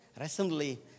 Recently